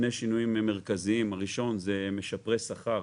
הראשון זה משפרי שכר.